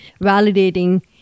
validating